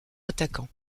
attaquant